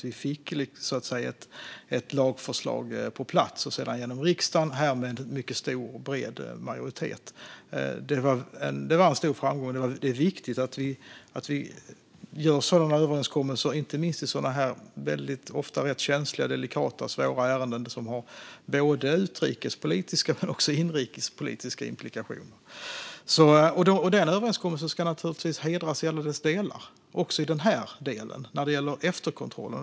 Vi fick därmed ett lagförslag på plats som gick igenom i riksdagen med stor och bred majoritet. Det är viktigt att vi gör sådana överenskommelser, inte minst i delikata och svåra ärenden med både utrikes och inrikespolitiska implikationer. Denna överenskommelse ska givetvis hedras i alla sina delar, även i denna vad gäller efterkontrollen.